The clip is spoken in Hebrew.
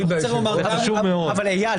אבל אייל,